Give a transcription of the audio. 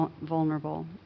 vulnerable